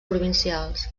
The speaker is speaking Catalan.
provincials